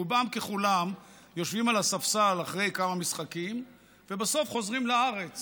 רובם ככולם יושבים על ספסל אחרי כמה משחקים ובסוף חוזרים לארץ,